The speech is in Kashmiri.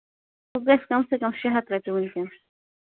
سۄ گژھِ کَم سے کَم شیٚے ہَتھ رۄپیہِ ؤنکٮ۪ن